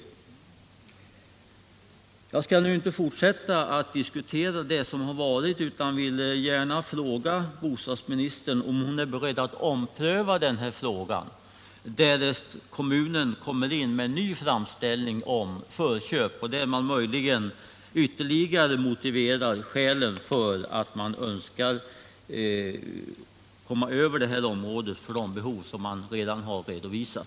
Jag skall inte fortsätta att diskutera vad som varit men vill gärna fråga bostadsministern, om hon är beredd att ompröva denna fråga, därest kommunen kommer in med en ny framställning om förköp och då möjligen ytterligare motiverar skälen för sin önskan att komma över området för de behov man redan tidigare har redovisat.